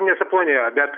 nesuplonėjo bet